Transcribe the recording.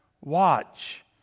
watch